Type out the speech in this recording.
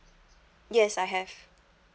yes I have